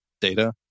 data